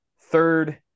third